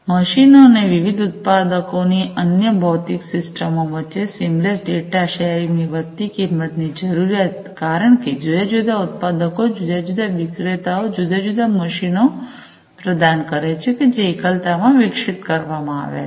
મશીનો અને વિવિધ ઉત્પાદકોની અન્ય ભૌતિક સિસ્ટમો વચ્ચે સીમલેસ ડેટા શેરિંગની વધતી કિંમતની જરૂરિયાત કારણ કે જુદા જુદા ઉત્પાદકો જુદા જુદા વિક્રેતાઓ જુદા જુદા મશીનો પ્રદાન કરે છે જે એકલતામાં વિકસિત કરવામાં આવ્યા હોય છે